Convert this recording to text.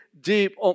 deep